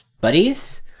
buddies